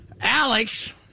Alex